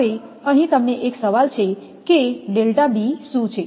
હવે અહીં તમને 1 સવાલ છે કે b શું છે